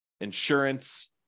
insurance